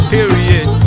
Period